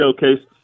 showcase